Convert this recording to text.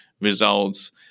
results